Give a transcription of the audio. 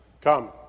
Come